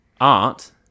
art